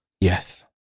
Yes